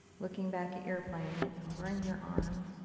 looking back at your planet, covering your arm.